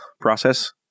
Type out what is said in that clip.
process